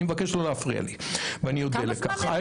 אני מבקש לא להפריע לי, ואני אודה על כך.